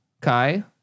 Kai